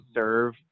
serve